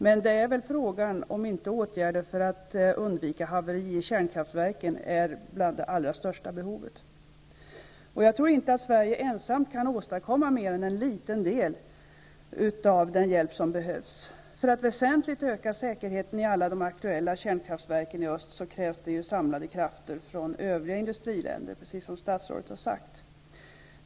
Men frågan är om inte åtgärder för att undvika haverier i kärnkraftverken är bland de mest angelägna. Jag tror inte att Sverige ensamt kan åstadkomma mer än en liten del av den hjälp som behövs. Det krävs samlade krafter från övriga industriländer för att väsentligt öka säkerheten i alla de aktuella kärnkraftverken i öst, precis som statsrådet har sagt.